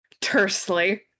tersely